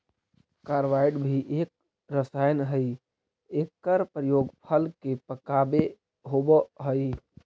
carbide भी एक रसायन हई एकर प्रयोग फल के पकावे होवऽ हई